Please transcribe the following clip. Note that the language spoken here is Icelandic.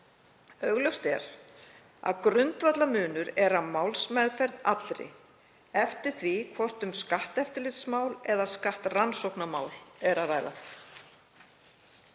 Augljóst er að grundvallarmunur er á málsmeðferð allri eftir því hvort um skatteftirlitsmál eða skattrannsóknarmál er að ræða.